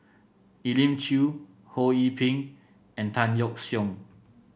Elim Chew Ho Yee Ping and Tan Yeok Seong